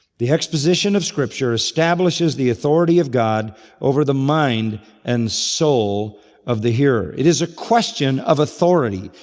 the exposition of scripture establishes the authority of god over the mind and soul of the hearer. it is a question of authority.